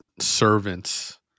servants